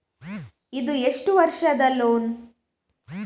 ಇದು ಎಷ್ಟು ವರ್ಷದ ಲೋನ್?